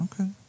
Okay